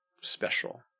special